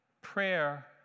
prayer